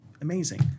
amazing